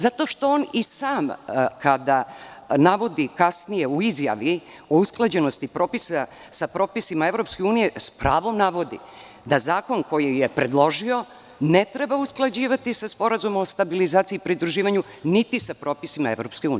Zato što on i sam kada navodi kasnije u izjavi o usklađenosti propisa sa propisima EU, s pravom navodi da zakon koji je predložio ne treba usklađivati SSP, niti sa propisima EU.